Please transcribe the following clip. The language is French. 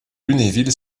lunéville